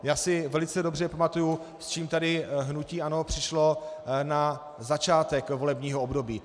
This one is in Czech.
Já si velice dobře pamatuji, s čím tady hnutí ANO přišlo na začátek volebního období.